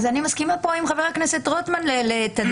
אז אני מסכימה פה עם חבר הכנסת רוטמן, לתדהמתי.